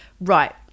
Right